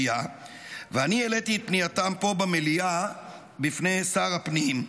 ואני העליתי את פנייתם פה במליאה בפני שר הפנים,